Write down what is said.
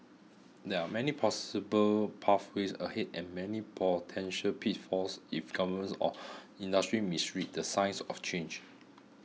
there are many possible pathways ahead and many potential pitfalls if governments or industry misread the signs of change